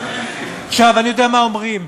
אני יודע מה אומרים: